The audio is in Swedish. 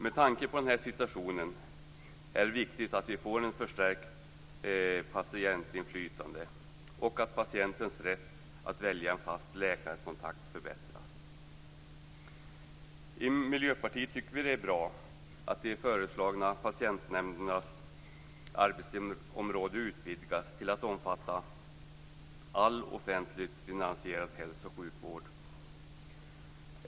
Med tanke på den här situationen är det viktigt att vi får ett stärkt patientinflytande och att patientens rätt att välja en fast läkarkontakt förbättras. Vi i Miljöpartiet tycker att det är bra att de föreslagna patientnämndernas arbetsområde utvidgas till att omfatta all offentligt finansierad hälso och sjukvård.